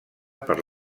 per